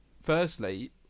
firstly